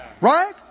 Right